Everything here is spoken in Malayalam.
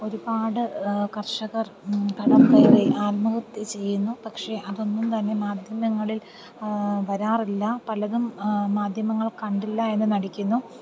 ഒരുപാട് കർഷകർ കടം കയറി ആത്മഹത്യ ചെയ്യുന്നു പക്ഷേ അതൊന്നും തന്നെ മാധ്യമങ്ങളിൽ വരാറില്ല പലതും മാധ്യമങ്ങൾ കണ്ടില്ല എന്ന് നടിക്കുന്നു